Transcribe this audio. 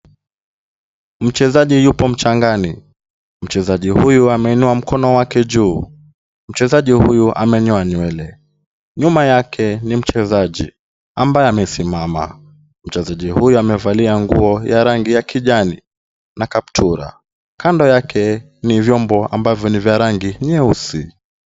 Mchezaji yupo mchangani. Mchezaji huyu ameinua mkono wake juu. Mchezaji huyu amenyoa nywele. Nyuma yake ni mchezaji ambaye amesimama. Mchezaji huyu amevalia nguo ya rangi ya kijani na kaptula. Kando yake ni vyombo ambavyo ni vya rangi nyeusi.